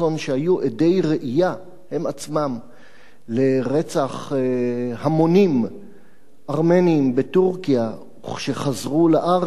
שהם עצמם היו עדי ראייה לרצח המוני הארמנים בטורקיה וכשחזרו לארץ